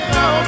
no